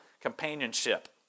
companionship